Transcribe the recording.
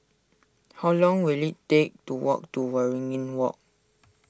how long will it take to walk to Waringin Walk